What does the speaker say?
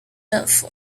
政府